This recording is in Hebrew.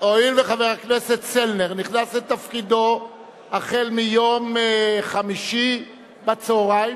הואיל וחבר הכנסת צלנר נכנס לתפקידו ביום חמישי בצהריים,